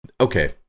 okay